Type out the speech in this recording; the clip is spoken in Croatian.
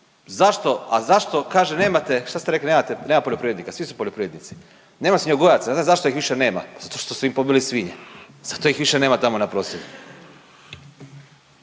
zašto, a zašto kaže nemate, šta ste rekli nema poljoprivrednika, svi su poljoprivrednici. Nema svinjogojaca, ne znam zašto ih više nema, pa zato što su im pobili svinje, zato ih više nema tamo na prosvjedu.